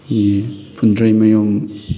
ꯐꯨꯟꯗ꯭ꯔꯩꯃꯌꯨꯝ